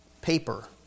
paper